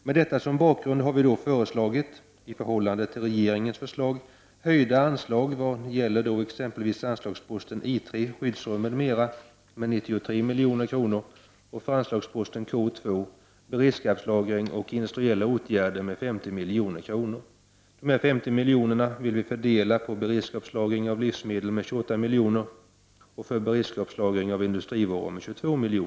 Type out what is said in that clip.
Med detta som bakgrund har vi föreslagit, i förhållande till regeringens förslag, höjda anslag vad gäller anslagsposten I3, skyddsrum m.m., med 93 milj.kr. och för anslagsposten K2, beredskapslagring och industriella åtgärder, en höjning med 50 milj.kr. Av dessa 50 milj.kr. vill vi fördela 28 milj.kr. för beredskapslagring av livsmedel och 22 milj.kr. för beredskapslagring av industrivaror.